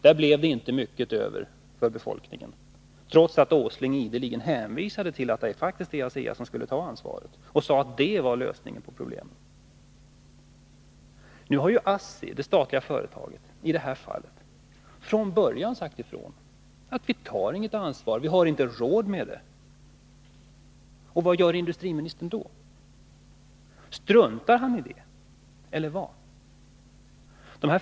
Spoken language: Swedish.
Där blev det inte mycket över till befolkningen, trots att Nils Åsling ideligen hänvisade till att det faktiskt var ASEA som skulle ta ansvaret och sade att det var lösningen på problemen. Nu har ASSI, det statliga företaget, i detta fall från början sagt ifrån att man inte tar något ansvar, att man inte har råd med det. Vad gör industriministern då? Struntar han i det?